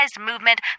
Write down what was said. movement